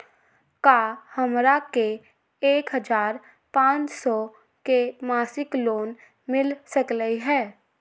का हमरा के एक हजार पाँच सौ के मासिक लोन मिल सकलई ह?